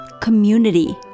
community